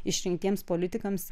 išrinktiems politikams